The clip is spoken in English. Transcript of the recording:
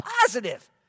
positive